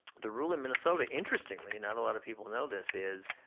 the rule in minnesota, interestingly, and not a lot of people know this is